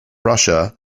russia